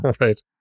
right